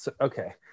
okay